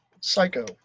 Psycho